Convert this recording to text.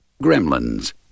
gremlins